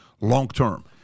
long-term